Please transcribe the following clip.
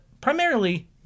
primarily